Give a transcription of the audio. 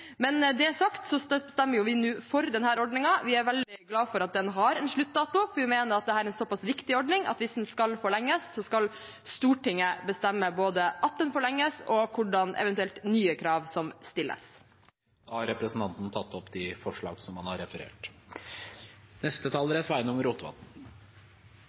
Men det sagt stemmer vi nå for denne ordningen. Vi er veldig glad for at den har en sluttdato, for vi mener at dette er en såpass viktig ordning at hvis den skal forlenges, skal Stortinget bestemme både at den forlenges, og hvilke eventuelle nye krav som stilles. Jeg tar opp forslagene Rødt har alene eller sammen med andre. Representanten Marie Sneve Martinussen har tatt opp de